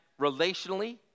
relationally